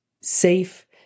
safe